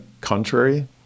contrary